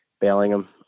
Bellingham